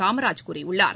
காமராஜ் கூறியுள்ளார்